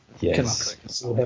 Yes